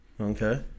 Okay